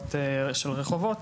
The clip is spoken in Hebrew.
שמות של רחובות,